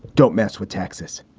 don't mess with texas.